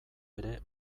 ere